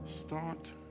Start